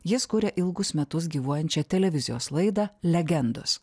jis kuria ilgus metus gyvuojančią televizijos laidą legendos